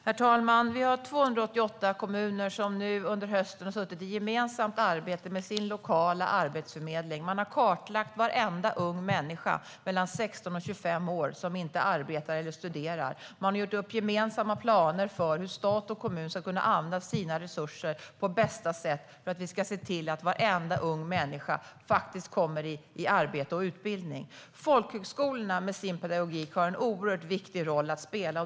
Herr talman! Vi har 288 kommuner som under hösten har suttit i gemensamt arbete med sin lokala arbetsförmedling. Man har kartlagt varenda ung människa mellan 16 och 25 år som inte arbetar eller studerar. Man har gjort upp gemensamma planer för hur stat och kommun ska kunna använda sina resurser på bästa sätt för att se till att varenda ung människa faktiskt kommer i arbete och utbildning. Folkhögskolorna, med sin pedagogik, har en oerhört viktig roll att spela.